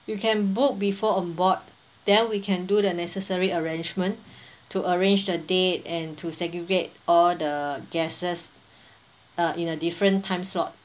you can book before on board then we can do the necessary arrangement to arrange a date and to segregate or the guests uh in a different time slot